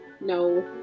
No